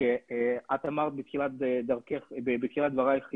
שאת אמרת בתחילת דברייך,